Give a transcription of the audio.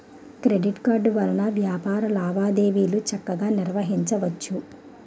credit card వలన వ్యాపార లావాదేవీలు చక్కగా నిర్వహించవచ్చు